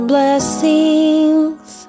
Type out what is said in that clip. Blessings